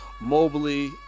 mobley